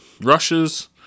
rushes